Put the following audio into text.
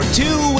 two